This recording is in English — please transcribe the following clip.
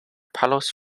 palos